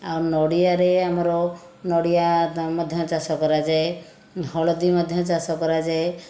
ଆଉ ନଡ଼ିଆରେ ଆମର ନଡ଼ିଆ ମଧ୍ୟ ଚାଷ କରାଯାଏ ହଳଦୀ ମଧ୍ୟ ଚାଷ କରାଯାଏ